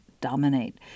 dominate